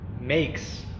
makes